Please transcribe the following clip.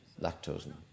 lactose